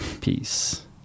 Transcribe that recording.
Peace